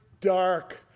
dark